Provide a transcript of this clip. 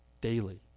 daily